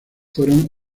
fueron